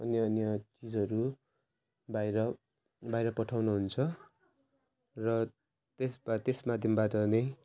अन्य अन्य चिजहरू बाहिर बाहिर पठाउनु हुन्छ र त्यसबाट त्यस माध्यमबाट नै